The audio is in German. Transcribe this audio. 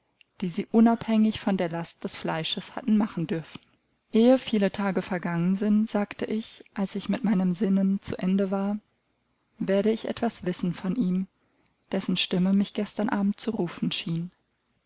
die sie unabhängig von der last des fleisches hatten machen dürfen ehe viele tage vergangen sind sagte ich als ich mit meinem sinnen zu ende war werde ich etwas wissen von ihm dessen stimme mich gestern abend zu rufen schien